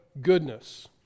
goodness